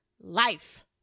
life